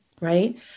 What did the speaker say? right